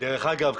דרך אגב,